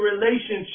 relationship